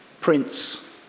Prince